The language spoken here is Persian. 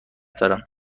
دارم